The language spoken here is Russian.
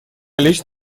лечь